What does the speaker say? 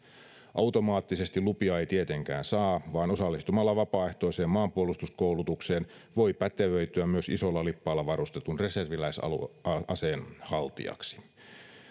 automaattisesti lupia ei tietenkään saa vaan osallistumalla vapaaehtoiseen maanpuolustuskoulutukseen voi pätevöityä myös isolla lippaalla varustetun reserviläisaseen haltijaksi